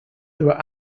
there